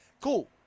Cool